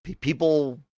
people